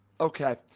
Okay